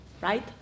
right